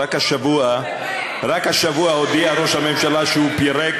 רק השבוע הודיע ראש הממשלה שהוא פירק